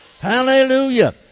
Hallelujah